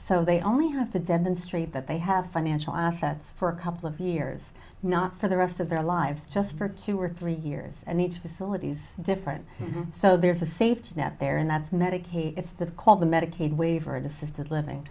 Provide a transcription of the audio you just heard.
so they only have to demonstrate that they have financial assets for a couple of years not for the rest of their lives just for two or three years and it's facilities different so there's a safety net there and that's medicaid it's the called the medicaid waiver and assisted living